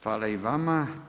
Hvala i vama.